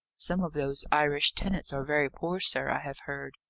some of those irish tenants are very poor, sir, i have heard.